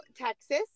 Texas